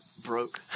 broke